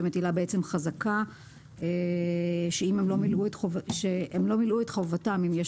שמטילה חזקה שהם לא מילאו את חובתם אם יש